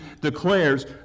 declares